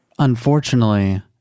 Unfortunately